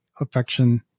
affection